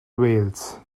wales